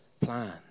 plan